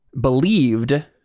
believed